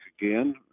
again